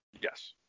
Yes